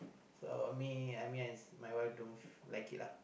so I mean I mean I my wife don't like it lah